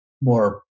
more